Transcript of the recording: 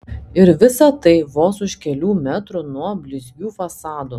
ir visa tai vos už kelių metrų nuo blizgių fasadų